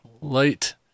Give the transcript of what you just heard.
light